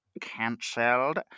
cancelled